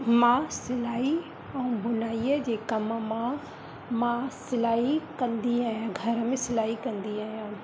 मां सिलाई ऐं बुनाईअ जे कम मां मां सिलाई कंदी आहियां घर में सिलाई कंदी आहियां